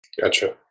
Gotcha